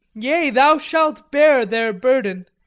yea, thou shalt bear their burden,